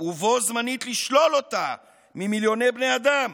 ובו בזמן לשלול אותה ממיליוני בני אדם?